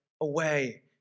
away